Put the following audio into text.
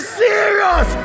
serious